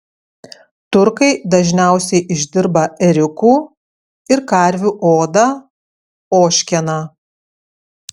turkai dažniausiai išdirba ėriukų ir karvių odą ožkeną